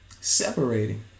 Separating